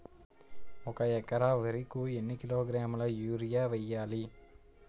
ఒక ఎకర వరి కు ఎన్ని కిలోగ్రాముల యూరియా వెయ్యాలి?